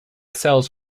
cells